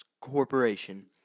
corporation